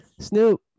snoop